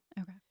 Okay